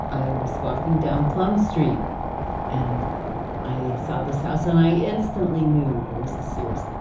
i was walking down plum street and i saw this house and i instantly knew it was a sears.